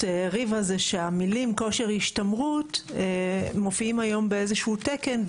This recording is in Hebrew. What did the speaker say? ריבה זה שהמילים "כושר השתמרות" מופיעים היום באיזה שהוא תקן,